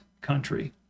country